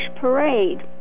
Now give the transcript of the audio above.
Parade